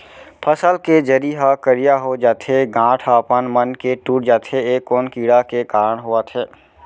फसल के जरी ह करिया हो जाथे, गांठ ह अपनमन के टूट जाथे ए कोन कीड़ा के कारण होवत हे?